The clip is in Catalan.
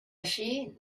així